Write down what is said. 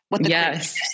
Yes